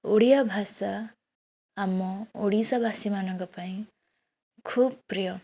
ଓଡ଼ିଆ ଭାଷା ଆମ ଓଡ଼ିଶାବାସୀ ମାନଙ୍କ ପାଇଁ ଖୁବ ପ୍ରିୟ